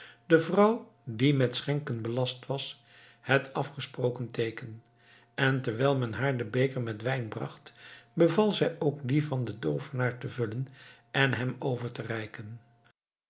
de vrouw die met schenken belast was het afgesproken teeken en terwijl men haar den beker met wijn bracht beval zij ook dien van den toovenaar te vullen en hem over te reiken